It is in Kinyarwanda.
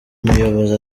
muyobozi